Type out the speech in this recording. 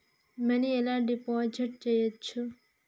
Money ఎలా deposit చేయచ్చు?